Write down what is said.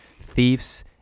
thieves